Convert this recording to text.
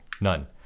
None